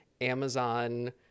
Amazon